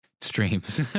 Streams